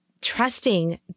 trusting